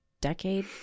decade